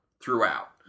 Throughout